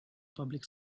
public